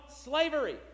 slavery